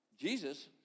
Jesus